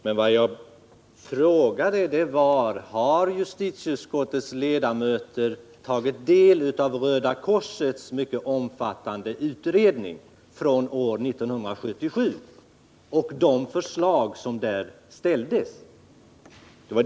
Men vad jag frågade var: Har justitieutskottets ledamöter tagit del av Röda korsets mycket omfattande utredning från år 1977 och de förslag som där ställdes?